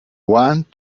want